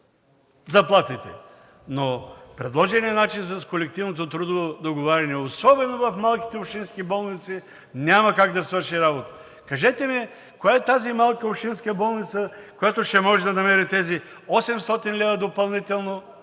заплатите, но предложеният начин с колективното трудово договаряне, особено в малките общински болници, няма как да свърши работа. Кажете ми коя е тази малка общинска болница, която ще може да намери тези 800 лв. допълнително